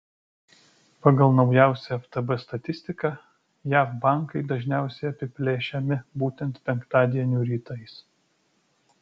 pagal naujausią ftb statistiką jav bankai dažniausiai apiplėšiami būtent penktadienių rytais